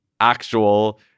actual